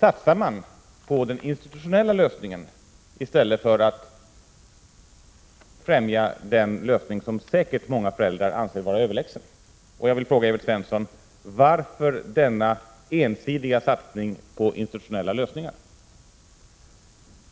satsar man på den institutionella lösningen i stället för att främja den lösning som säkerligen många föräldrar anser vara överlägsen. Jag vill fråga Evert Svensson: Varför denna ensidiga satsning på institutionella lösningar?